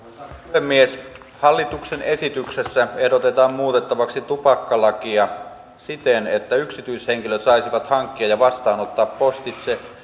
puhemies hallituksen esityksessä ehdotetaan muutettavaksi tupakkalakia siten että yksityishenkilöt saisivat hankkia ja vastaanottaa postitse